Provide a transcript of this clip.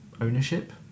ownership